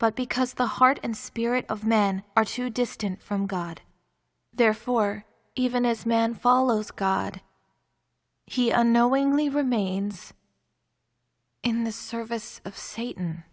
but because the heart and spirit of men are too distant from god therefore even as man follows god he unknowingly remains in the service of satan